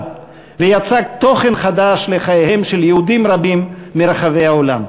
ויצק תוכן חדש לחייהם של יהודים רבים מרחבי העולם.